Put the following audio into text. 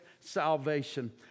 salvation